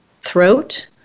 throat